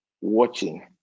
watching